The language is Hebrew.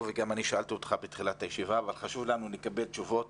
אותן וגם אני שאלתי אותך בתחילת הישיבה אבל חשוב לנו לקבל תשובות